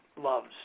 loves